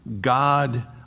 God